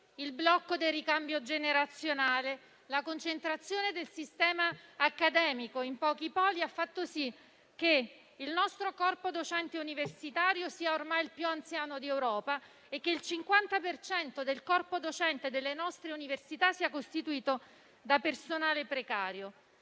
il blocco del ricambio generazionale, la concentrazione del sistema accademico in pochi poli, hanno fatto sì che il nostro corpo docente universitario sia ormai il più anziano d'Europa e che il 50 per cento del corpo docente delle nostre università sia costituito da personale precario.